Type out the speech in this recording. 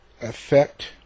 affect